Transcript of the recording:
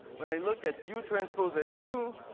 when i look at u transpose su,